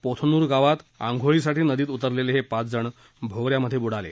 पोथनूर गावात आंघोळीसाठी नदीत उतरलेले हे पाचजण भोव यात बुडाले